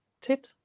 tit